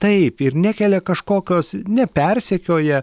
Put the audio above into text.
taip ir nekelia kažkokios nepersekioja